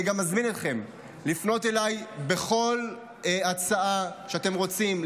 אני גם מזמין אתכם לפנות אליי בכל הצעה שאתם רוצים,